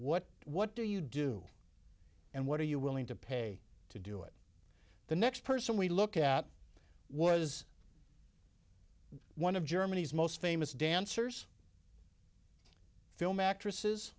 what what do you do and what are you willing to pay to do it the next person we look at was one of germany's most famous dancers film actresses